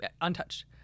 untouched